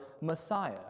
Messiah